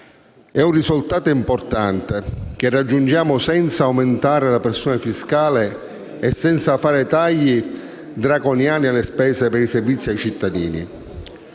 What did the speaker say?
di un risultato importante, che raggiungiamo senza aumentare la pressione fiscale e senza fare tagli draconiani alle spese per i servizi ai cittadini.